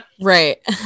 right